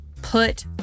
Put